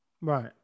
Right